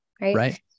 right